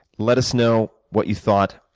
let us know what you thought.